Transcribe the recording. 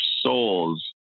souls